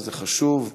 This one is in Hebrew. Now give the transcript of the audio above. וזה חשוב.